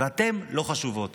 ואתן לא חשובות.